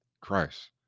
Christ